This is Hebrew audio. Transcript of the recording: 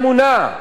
זה אותה אמונה.